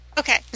Okay